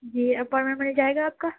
جی appointment مل جائے گا آپ کا